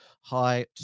Hi